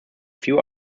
few